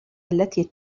التي